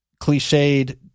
cliched